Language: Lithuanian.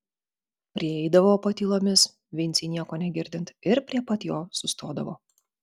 prieidavo patylomis vincei nieko negirdint ir prie pat jo sustodavo